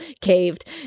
caved